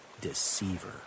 deceiver